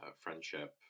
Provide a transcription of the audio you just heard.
friendship